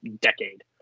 decade